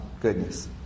goodness